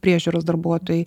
priežiūros darbuotojai